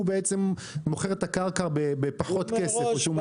מוכר את הקרקע בפחות כסף או כשהוא מסבסד.